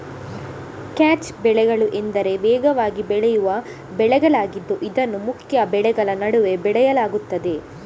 catch ಬೆಳೆಗಳು ಎಂದರೆ ವೇಗವಾಗಿ ಬೆಳೆಯುವ ಬೆಳೆಗಳಾಗಿದ್ದು ಇದನ್ನು ಮುಖ್ಯ ಬೆಳೆಗಳ ನಡುವೆ ಬೆಳೆಯಲಾಗುತ್ತದೆ